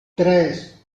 tres